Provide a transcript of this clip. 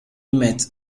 met